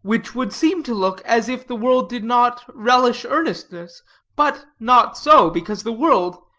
which would seem to look as if the world did not relish earnestness but, not so because the world,